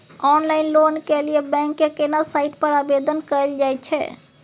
Online loan के लिए bank के केना साइट पर आवेदन कैल जाए छै?